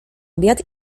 obiad